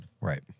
Right